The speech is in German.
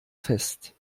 fest